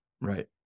Right